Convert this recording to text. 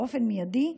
באופן מיידי,